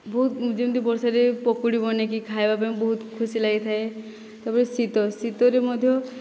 ବହୁତ ଯେମିତି ବର୍ଷାରେ ପକୋଡ଼ି ବନାଇକି ଖାଇବା ପାଇଁ ବହୁତ ଖୁସି ଲାଗିଥାଏ ତା'ପରେ ଶୀତ ଶୀତରେ ମଧ୍ୟ